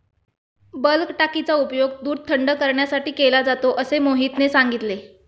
bulk टाकीचा उपयोग दूध थंड करण्यासाठी केला जातो असे मोहितने सांगितले